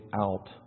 out